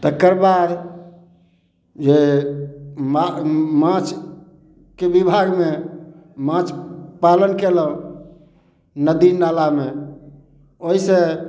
तकर बाद जे मा माछके विभागमे माछ पालन केलहुॅं नदी नालामे ओहि सऽ